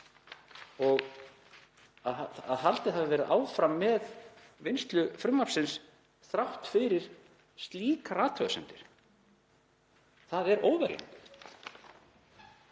og að haldið hafi verið áfram með vinnslu frumvarpsins þrátt fyrir slíkar athugasemdir. Það er óverjandi.